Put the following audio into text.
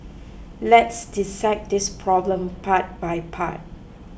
let's dissect this problem part by part